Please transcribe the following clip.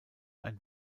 ein